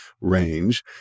range